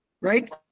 Right